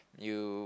you